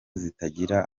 zitagira